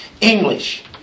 English